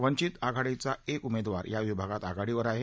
वंचित आघाडीचा एक उमेदवार या विभागात आघाडीवर आहे